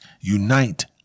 Unite